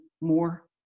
more